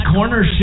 Corner